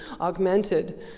augmented